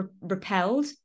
repelled